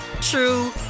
true